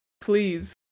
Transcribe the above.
please